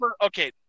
okay